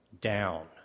down